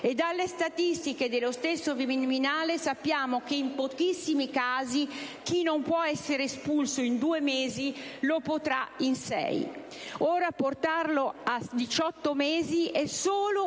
dalle statistiche dello stesso Viminale sappiamo che in pochissimi casi chi non può essere espulso in due mesi potrà esserlo in sei. Ora, portarlo a 18 mesi è solo una punizione